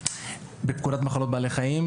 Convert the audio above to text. בפקודת מחלות בעלי חיים,